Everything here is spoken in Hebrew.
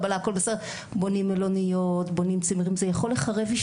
אגב, מבחינת